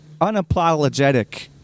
unapologetic